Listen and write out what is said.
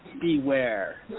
beware